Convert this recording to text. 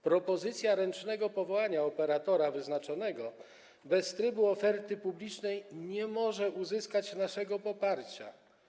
Propozycja ręcznego powołania operatora wyznaczonego bez trybu oferty publicznej nie może uzyskać naszego poparcia.